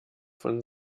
von